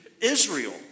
Israel